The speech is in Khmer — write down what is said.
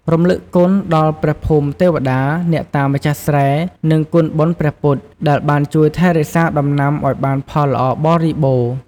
រំឭកគុណ ដល់ព្រះភូមិទេវតា អ្នកតាម្ចាស់ស្រែ និងគុណបុណ្យព្រះពុទ្ធ ដែលបានជួយថែរក្សាដំណាំឱ្យបានផលល្អបរិបូរណ៍។